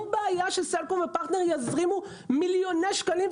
בעיה שסלקום ופרטנר יזרימו מיליוני שקלים,